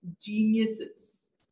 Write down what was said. geniuses